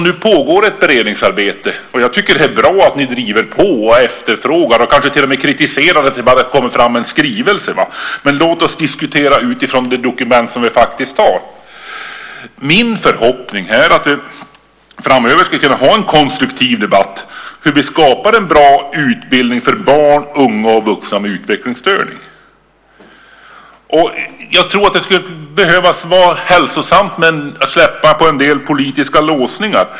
Nu pågår ett beredningsarbete. Det är bra att ni driver på, efterfrågar och kanske till och med kritiserar att det har lagts fram bara en skrivelse. Men låt oss diskutera utifrån det dokument vi faktiskt har. Min förhoppning är att vi framöver ska ha en konstruktiv debatt om hur vi skapar en bra utbildning för barn, unga och vuxna med utvecklingsstörning. Det skulle vara hälsosamt att släppa på en del politiska låsningar.